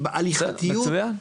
הליכתיות,